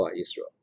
Israel